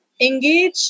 engage